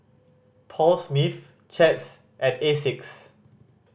Paul Smith Chaps and Asics